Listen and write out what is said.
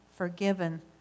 Forgiven